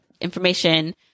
information